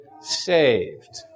saved